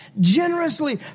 Generously